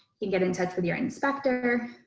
can get in touch with your inspector.